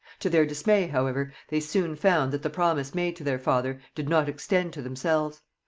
to their dismay, however, they soon found that the promise made to their father did not extend to themselves.